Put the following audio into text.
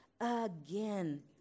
again